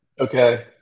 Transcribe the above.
Okay